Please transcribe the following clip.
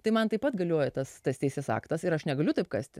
tai man taip pat galioja tas tas teisės aktas ir aš negaliu taip kasti